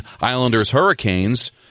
Islanders-Hurricanes